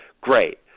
great